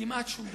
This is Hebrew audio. כמעט שום דבר.